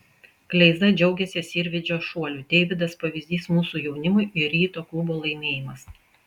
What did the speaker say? kleiza džiaugiasi sirvydžio šuoliu deividas pavyzdys mūsų jaunimui ir ryto klubo laimėjimas